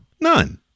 none